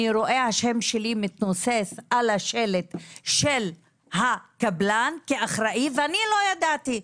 אני רואה את השם שלי מתנוסס על השלט של הקבלן כאחראי ואני לא ידעתי,